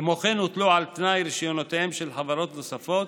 כמו כן הותלו על תנאי רישיונותיהן של חברות נוספות